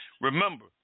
Remember